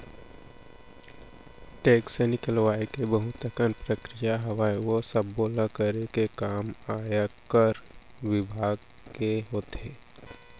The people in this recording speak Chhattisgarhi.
टेक्स निकलवाय के बहुत अकन प्रक्रिया हावय, ओ सब्बो ल करे के काम आयकर बिभाग के होथे